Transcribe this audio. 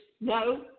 no